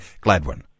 Gladwin